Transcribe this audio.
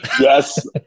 Yes